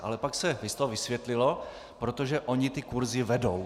Ale pak se to vysvětlilo protože oni ty kursy vedou.